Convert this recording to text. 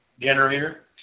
generator